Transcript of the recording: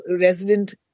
resident